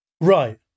right